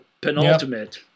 penultimate